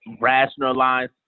rationalize